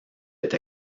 est